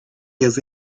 jest